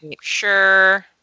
Sure